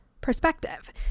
perspective